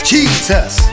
Jesus